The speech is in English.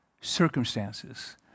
circumstances